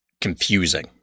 confusing